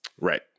right